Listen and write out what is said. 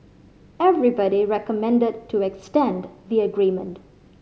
everybody recommended to extend the agreement